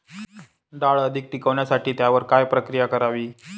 डाळ अधिक टिकवण्यासाठी त्यावर काय प्रक्रिया करावी?